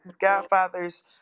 Godfather's